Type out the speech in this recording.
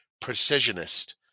precisionist